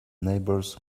neighbors